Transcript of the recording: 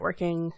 networking